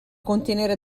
contenere